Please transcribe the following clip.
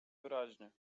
wyraźnie